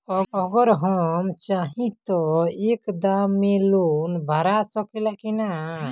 अगर हम चाहि त एक दा मे लोन भरा सकले की ना?